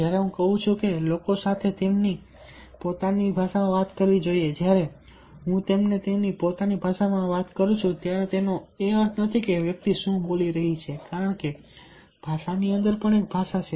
જ્યારે હું કહું છું કે લોકો સાથે તેમની પોતાની ભાષામાં વાત કરવી જ્યારે હું તેમની પોતાની ભાષામાં કહું છું ત્યારે તેનો અર્થ એ નથી કે વ્યક્તિ શું બોલી રહી છે કારણ કે ભાષાની અંદર એક ભાષા છે